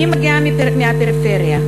אני מגיעה מהפריפריה.